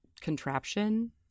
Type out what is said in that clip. contraption